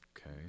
Okay